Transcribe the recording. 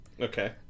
Okay